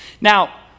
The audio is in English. Now